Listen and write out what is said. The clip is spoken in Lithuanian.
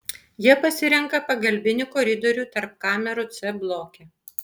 jie pasirenka pagalbinį koridorių tarp kamerų c bloke